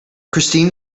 christine